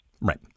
Right